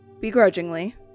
Begrudgingly